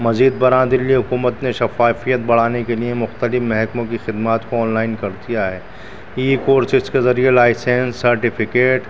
مزید برآں دہلی حکومت نے شفافیت بڑھانے کے لیے مختلف محکموں کی خدمات کو آنلائن کر دیا ہے یہ کورسز کے ذریعے لائسینس سرٹیفکیٹ